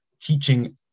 teaching